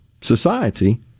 society